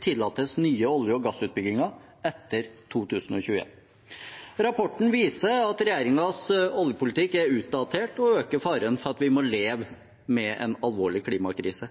tillates nye olje- og gassutbygginger etter 2021. Rapporten viser at regjeringens oljepolitikk er utdatert og øker faren for at vi må leve med en alvorlig klimakrise.